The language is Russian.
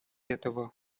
этого